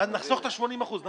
אז נחסוך את ה-80%, נכון?